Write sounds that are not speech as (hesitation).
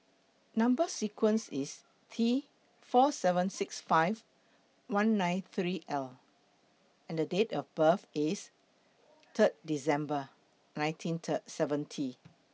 Number sequence IS T four seven six five one nine three L and Date of birth IS Third December nineteen (hesitation) seventy